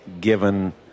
given